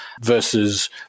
versus